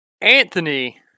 Anthony